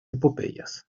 epopeyas